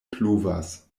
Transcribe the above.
pluvas